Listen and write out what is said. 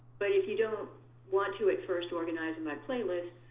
but if you don't want to at first organize them by playlist,